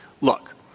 look